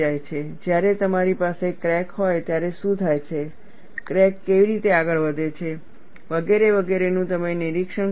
જ્યારે તમારી પાસે ક્રેક હોય ત્યારે શું થાય છે ક્રેક કેવી રીતે આગળ વધે છે વગેરે વગેરેનું તમે નિરીક્ષણ કરતા નથી